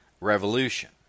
revolution